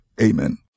Amen